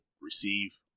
receive